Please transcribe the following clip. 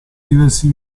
diversi